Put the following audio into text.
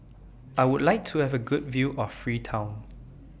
I Would like to Have A Good View of Freetown